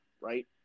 right